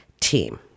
team